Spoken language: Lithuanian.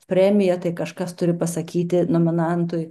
premiją tai kažkas turi pasakyti nominantui